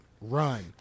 run